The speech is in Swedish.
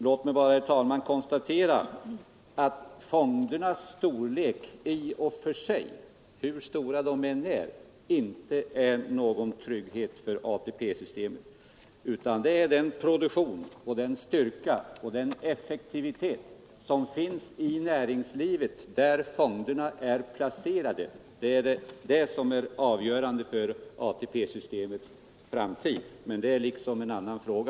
Låt mig bara, herr talman, konstatera att fondernas storlek i och för sig — hur stora de än är — inte innebär någon trygghet för ATP-systemet, utan det är den produktion, den styrka och den effektivitet som finns i näringslivet, där fonderna är placerade, som är avgörande för ATP-systemets framtid. Men det är liksom en annan fråga.